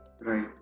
Right